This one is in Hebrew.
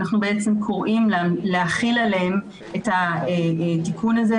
אנחנו בעצם קוראים להחיל עליהם את התיקון הזה,